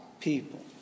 people